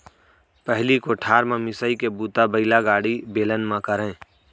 पहिली कोठार म मिंसाई के बूता बइलागाड़ी, बेलन म करयँ